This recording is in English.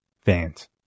fans